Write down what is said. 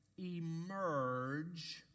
emerge